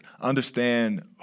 understand